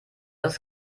das